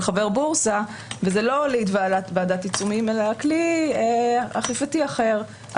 חבר בורסה וזה לא הוליד ועדת עיצומים אלה כלי אכיפתי אחר,